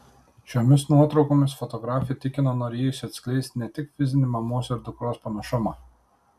šiomis nuotraukomis fotografė tikino norėjusi atskleisti ne tik fizinį mamos ir dukros panašumą